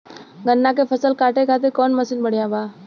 गन्ना के फसल कांटे खाती कवन मसीन बढ़ियां बा?